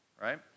right